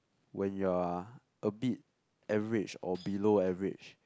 when you're a bit average or below average